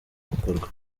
gukorwa